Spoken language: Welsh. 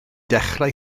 dechrau